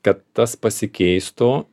kad tas pasikeistų